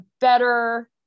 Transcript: better